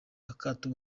akato